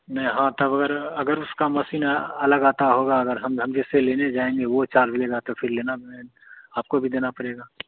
नहीं हाँ तब अगर अगर उसका मशीन अलग आता होगा अगर हम हम जिससे लेने जाएँगे वह चार्ज लेगा तो फ़िर लेना पड़ेगा आपको भी देना पड़ेगा